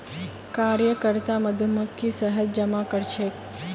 कार्यकर्ता मधुमक्खी शहद जमा करछेक